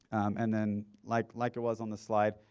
and then, like like it was on the slide,